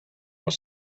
was